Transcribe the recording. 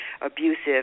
abusive